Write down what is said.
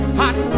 hot